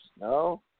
No